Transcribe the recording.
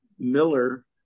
Miller